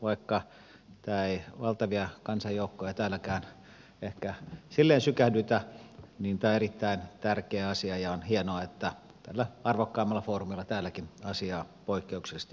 vaikka tämä ei valtavia kansanjoukkoja täälläkään ehkä sillä tavalla sykähdytä niin tämä on erittäin tärkeä asia ja on hienoa että tällä arvokkaimmalla foorumillakin asiaa poikkeuksellisesti käsitellään